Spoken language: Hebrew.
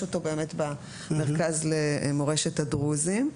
יש אותו באמת במרכז למורשת הדרוזים.